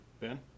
Ben